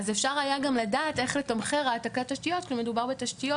אז אפשר גם היה לדעת איך לתמחר העתקת תשתיות כשמדובר בתשתיות